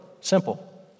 Simple